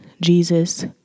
Jesus